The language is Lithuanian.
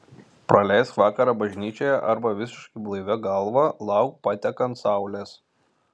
praleisk vakarą bažnyčioje arba visiškai blaivia galva lauk patekant saulės